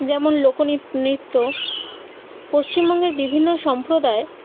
যেমন লোক নৃত্য পশ্চিমবঙ্গের বিভিন্ন সম্প্রদায়